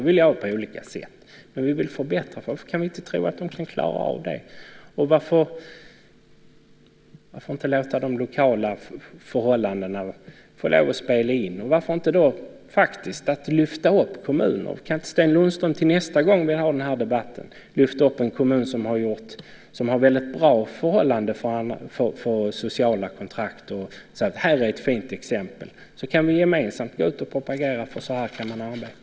Vi vill göra det på olika sätt, men vi vill förbättra. Varför kan vi inte tro att de kan klara av det? Och varför inte låta de lokala förhållandena få lov att spela in? Och varför inte lyfta upp kommuner? Kan inte Sten Lundström till nästa gång vi har den här debatten lyfta upp en kommun som har bra förhållanden för sociala kontrakt, och säga: Här är ett fint exempel? Då kan vi gemensamt gå ut och propagera för att man kan arbeta så här.